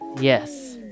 Yes